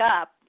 up